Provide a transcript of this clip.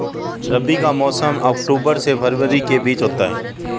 रबी का मौसम अक्टूबर से फरवरी के बीच होता है